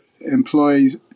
employees